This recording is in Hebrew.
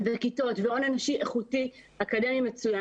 כיתות והון אנושי איכותי אקדמי מצוין.